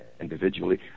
individually